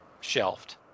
shelved